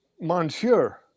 Monsieur